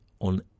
on